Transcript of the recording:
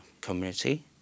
community